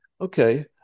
Okay